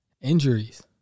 Injuries